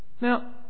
Now